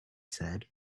said